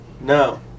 No